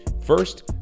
First